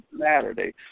Saturday